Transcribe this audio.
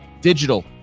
digital